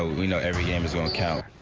ah we know every game is going to count.